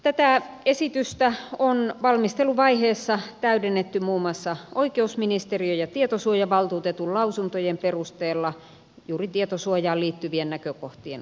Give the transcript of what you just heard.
tätä esitystä on valmisteluvaiheessa täydennetty muun muassa oikeusministeriön ja tietosuojavaltuutetun lausuntojen perusteella juuri tietosuojaan liittyvien näkökohtien osalta